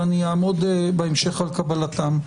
ואני אעמוד בהמשך על קבלתם.